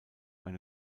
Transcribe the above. eine